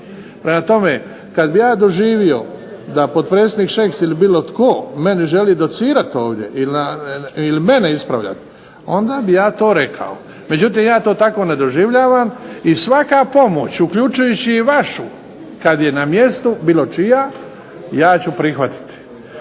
Prema tome, kad bih ja doživio da potpredsjednik Šeks ili bilo meni želi docirati ovdje ili mene ispravljati onda bih ja to rekao. Međutim, ja to tako ne doživljavam i svaka pomoć uključujući i vašu kad je na mjestu bilo čija ja ću prihvatiti.